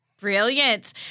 Brilliant